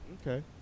Okay